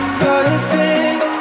perfect